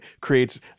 creates